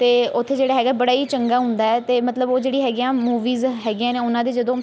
ਅਤੇ ਉੱਥੇ ਜਿਹੜਾ ਹੈਗਾ ਬੜਾ ਹੀ ਚੰਗਾ ਹੁੰਦਾ ਅਤੇ ਮਤਲਬ ਉਹ ਜਿਹੜੀ ਹੈਗੀ ਆ ਮੂਵੀਜ਼ ਹੈਗੀਆਂ ਨੇ ਉਹਨਾਂ ਦੇ ਜਦੋਂ